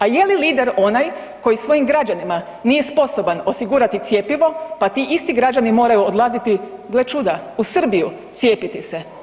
A je li lider onaj koji svojim građanima nije sposoban osigurati cjepivo, pa ti isti građani moraju odlaziti, gle čuda, u Srbiju cijepiti se.